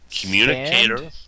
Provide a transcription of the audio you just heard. Communicator